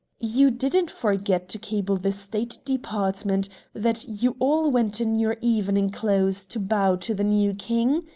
you didn't forget to cable the state department that you all went in your evening clothes to bow to the new king?